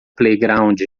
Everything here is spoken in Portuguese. playground